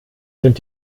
sind